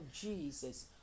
Jesus